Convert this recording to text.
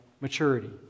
maturity